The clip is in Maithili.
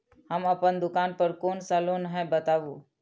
हम अपन दुकान पर कोन सा लोन हैं बताबू?